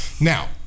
Now